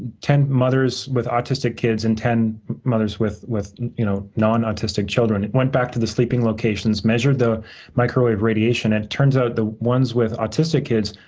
mothers with autistic kids and ten mothers with with you know non-autistic children went back to the sleeping locations measured the microwave radiation. it turns out, the ones with autistic kids,